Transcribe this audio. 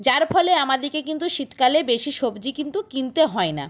যার ফলে আমাদেরকে কিন্তু শীতকালে বেশি সবজি কিন্তু কিনতে হয় না